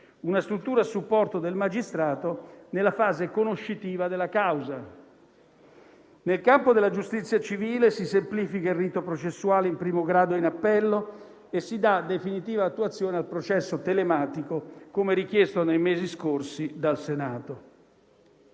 una struttura a supporto del magistrato nella fase "conoscitiva" della causa. Nel campo della giustizia civile si semplifica il rito processuale in primo grado e in appello e si dà definitiva attuazione al processo telematico, come richiesto nei mesi scorsi dal Senato.